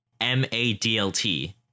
Madlt